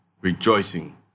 rejoicing